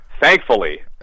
Thankfully